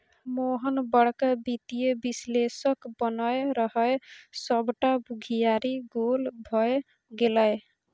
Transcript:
मोहन बड़का वित्तीय विश्लेषक बनय रहय सभटा बुघियारी गोल भए गेलै